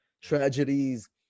tragedies